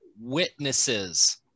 witnesses